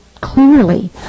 clearly